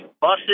buses